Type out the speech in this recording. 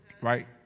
Right